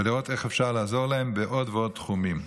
ולראות איך אפשר לעזור להם בעוד ועוד תחומים.